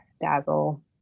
dazzle